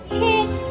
hit